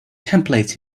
templates